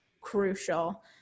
crucial